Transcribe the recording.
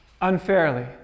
unfairly